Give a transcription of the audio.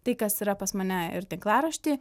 tai kas yra pas mane ir tinklarašty